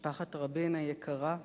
משפחת רבין היקרה,